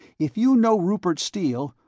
if you know rupert steele,